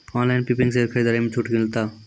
Online pumping set खरीदारी मे छूट मिलता?